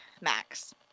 Max